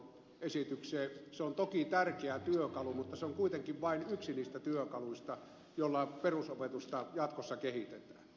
se on toki tärkeä työkalu mutta se on kuitenkin vain yksi niistä työkaluista joilla perusopetusta jatkossa kehitetään